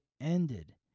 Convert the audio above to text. ended